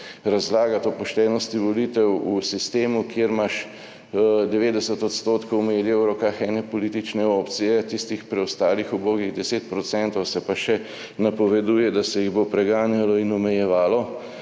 razlagati o poštenosti volitev v sistemu, kjer imaš 90 % medijev v rokah ene politične opcije, tistih preostalih ubogih deset procentov se pa še napoveduje, da se jih bo preganjalo in omejevalo,